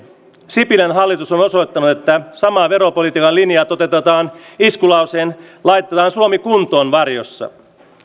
sipilän hallitus on osoittanut että samaa veropolitiikan linjaa toteutetaan iskulauseen laitetaan suomi kuntoon varjossa